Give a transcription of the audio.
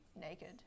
naked